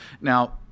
Now